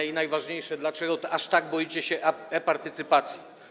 I najważniejsze: Dlaczego aż tak boicie się e-partycypacji?